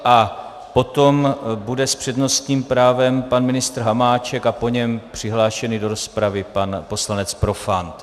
A potom bude s přednostním právem pan ministr Hamáček a po něm přihlášený do rozpravy pan poslanec Profant.